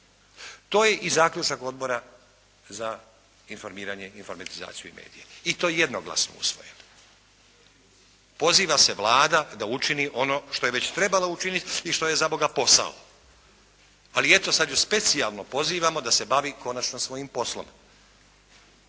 To je i zaključak Odbor za informiranje, informatizaciju i medije. I to je jednoglasno usvojen. Poziva se Vlada da učini ono što je već trebala učiniti i što je zaboga posao. Ali eto, sada ju specijalno pozivamo da se bavi konačno svojim poslom.